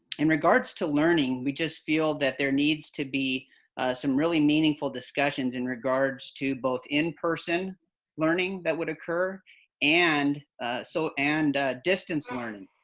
in regards to learning, we just feel that there needs to be some really meaningful discussions in regards to both in-person learning that would occur and so and distance learning,